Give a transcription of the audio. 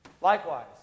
Likewise